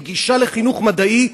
גישה לחינוך מדעי,